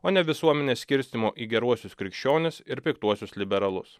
o ne visuomenės skirstymo į geruosius krikščionis ir piktuosius liberalus